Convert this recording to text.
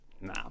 Nah